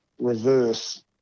reverse